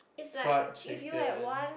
fried chicken